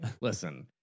listen